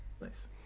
Nice